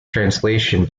translation